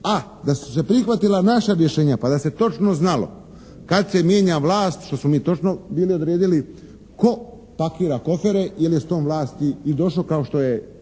A da su se prihvatila naša rješenja pa da se točno znalo kad se mijenja vlast što smo mi točno bili odredili tko pakira kofere jer je s tom vlasti i došao kao što je